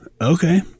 okay